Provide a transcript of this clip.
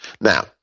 Now